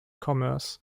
commerce